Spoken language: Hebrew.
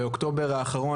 באוקטובר האחרון,